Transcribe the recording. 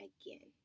again